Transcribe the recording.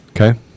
Okay